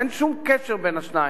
אין שום קשר בין השניים.